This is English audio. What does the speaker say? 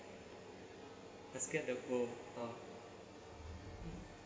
let's get the bow ah